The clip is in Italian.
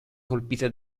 colpite